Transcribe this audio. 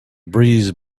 breeze